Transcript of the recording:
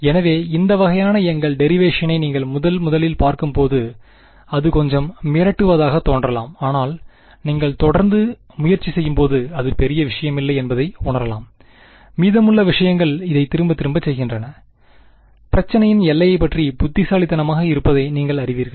எனவே இந்த வகையான எங்கள் டெரிவேஷன் ஐ நீங்கள் முதன்முதலில் பார்க்கும்போது அது கொஞ்சம் மிரட்டுவதாக தோன்றலாம் ஆனால் நீங்கள் தொடர்ந்து முயற்சி செய்யும்போது அது பெரிய விஷயமில்லை என்பதை உணரலாம் மீதமுள்ள விஷயங்கள் இதைத் திரும்பத் திரும்பச் செய்கின்றன பிரச்சினையின் எல்லையைப் பற்றி புத்திசாலித்தனமாக இருப்பதை நீங்கள் அறிவீர்கள்